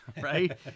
right